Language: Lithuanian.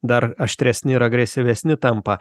dar aštresni ir agresyvesni tampa